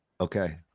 Okay